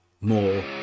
more